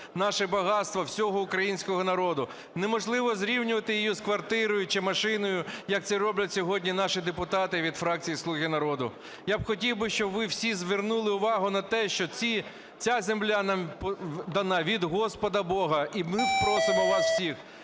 наше багатство всього українського народу. Неможливо зрівнювати її з квартирою чи машиною, як це роблять сьогодні наші депутати від фракції "Слуги народу". Я хотів би, щоб ви всі звернули увагу на те, що ця земля нам дана від Господа Бога, і ми просимо вас усіх